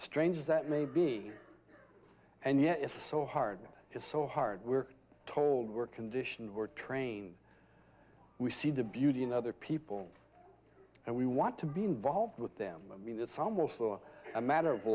strange that may be and yet it's so hard it's so hard we're told we're conditioned we're trained we see the beauty in other people and we want to be involved with them i mean it's almost a matter of